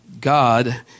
God